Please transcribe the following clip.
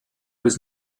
was